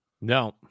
no